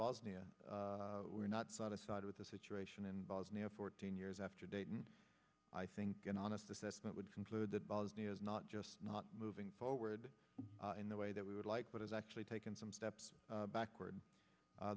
bosnia we're not satisfied with the situation in bosnia fourteen years after dayton i think an honest assessment would conclude that bosnia is not just not moving forward in the way that we would like but has actually taken some steps backward